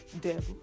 devil